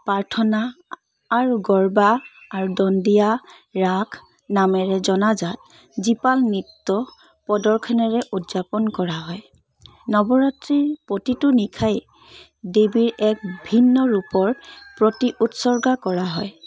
প্ৰাৰ্থনা আৰু গৰ্বা আৰু দণ্ডিয়া ৰাস নামেৰে জনাজাত জীপাল নৃত্য প্ৰদৰ্শনেৰে উদযাপন কৰা হয় নৱৰাত্ৰিৰ প্ৰতিটো নিশাই দেৱীৰ এক ভিন্ন ৰূপৰ প্ৰতি উৎসৰ্গা কৰা হয়